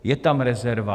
Je tam rezerva?